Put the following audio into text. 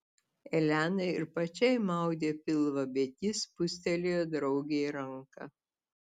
elenai ir pačiai maudė pilvą bet ji spustelėjo draugei ranką